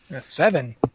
seven